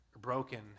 broken